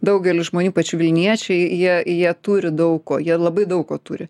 daugelis žmonių ypač vilniečiai jie jie turi daug ko jie labai daug ko turi